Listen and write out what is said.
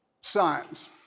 science